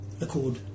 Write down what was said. accord